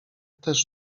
też